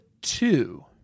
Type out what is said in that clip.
two